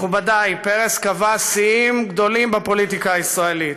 מכובדי, פרס קבע שיאים גדולים בפוליטיקה הישראלית.